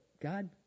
God